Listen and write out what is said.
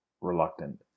reluctant